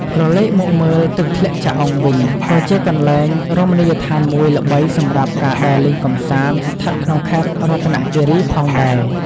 ក្រឡេកមកមើល ទឹកធ្លាក់ចាអុងវិញក៏ជាកន្លែងរមណីយដ្ឋានមួយល្បីសម្រាប់ការដើរលេងកម្សាន្តស្ថិតក្នុងខេត្តរតនគីរីផងដែរ។